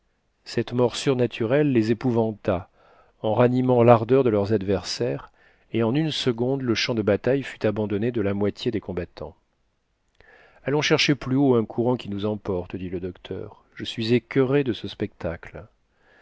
cette mort surnaturelle les épouvanta en ranimant l'ardeur de leurs adversaires et en une seconde le champ de bataille fut abandonné de la moitié des combattants allons chercher plus haut un courant qui nous emporte dit le docteur je suis écuré de ce spectacle